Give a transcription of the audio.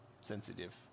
sensitive